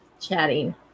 chatting